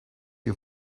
you